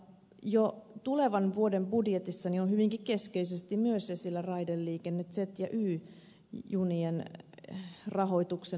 jo tulevan vuoden budjetissa on hyvinkin keskeisesti myös esillä raideliikenne z ja y junien rahoituksen muodossa